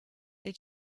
they